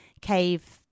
cave